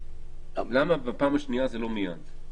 למה בפעם השנייה זה לא מיד?